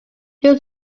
who